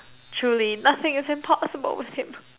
truly nothing is impossible with him